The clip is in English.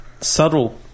subtle